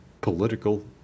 political